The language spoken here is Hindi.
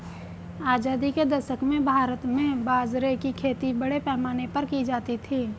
आजादी के दशक में भारत में बाजरे की खेती बड़े पैमाने पर की जाती थी